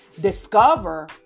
discover